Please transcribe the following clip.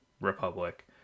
republic